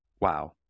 Wow